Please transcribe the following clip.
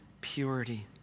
purity